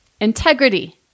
Integrity